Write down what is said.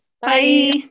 Bye